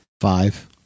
Five